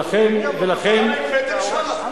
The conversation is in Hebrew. למה הקפאתם שם?